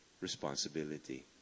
responsibility